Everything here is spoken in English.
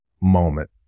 moment